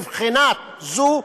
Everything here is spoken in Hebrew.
מהבחינה הזאת,